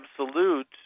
Absolute